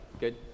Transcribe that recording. Good